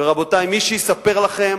ורבותי, מי שיספר לכם